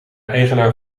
eigenaar